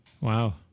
wow